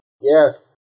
Yes